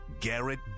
garrett